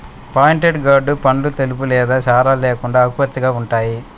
pointed gourd పండ్లు తెలుపు లేదా చారలు లేకుండా ఆకుపచ్చగా ఉంటాయి